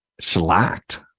slacked